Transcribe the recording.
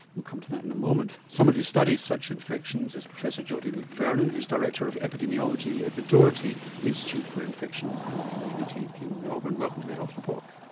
we'll come to that in a moment. someone who studies such infections is professor jodie mcvernon who is director of epidemiology at the doherty institute for infection and immunity in melbourne. welcome to the health report.